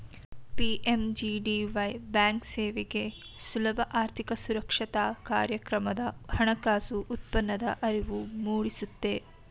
PMJDY ಬ್ಯಾಂಕ್ಸೇವೆಗೆ ಸುಲಭ ಆರ್ಥಿಕ ಸಾಕ್ಷರತಾ ಕಾರ್ಯಕ್ರಮದ ಹಣಕಾಸು ಉತ್ಪನ್ನದ ಅರಿವು ಮೂಡಿಸುತ್ತೆ